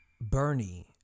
Bernie